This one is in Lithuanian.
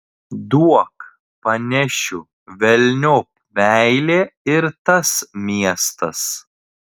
duok panešiu velniop meilė ir tas miestas